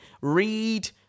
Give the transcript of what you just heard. read